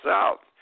South